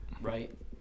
right